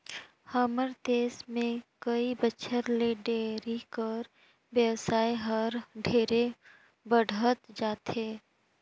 हमर देस में कई बच्छर ले डेयरी कर बेवसाय हर ढेरे बढ़हत जाथे